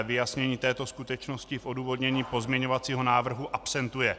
Vyjasnění této skutečnosti v odůvodnění pozměňovacího návrhu absentuje.